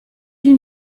you